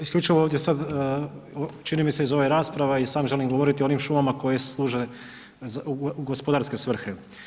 Isključivo ovdje sad čini mi se iz ove rasprave i sam želim govoriti o onim šumama koje služe u gospodarske svrhe.